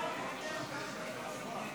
לוועדה את הצעת חוק היחידה המיוחדת לחילופי